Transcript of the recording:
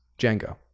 Django